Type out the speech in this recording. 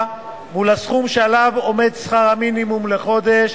מול הסכום שעליו עומד שכר המינימום לחודש